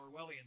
Orwellian